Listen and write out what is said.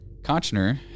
Kochner